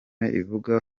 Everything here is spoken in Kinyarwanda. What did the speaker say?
ivuga